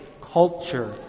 culture